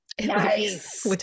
Nice